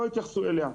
אז לא התייחסו אליה.